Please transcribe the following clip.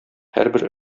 һәрбер